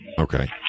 Okay